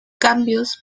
cambios